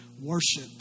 worship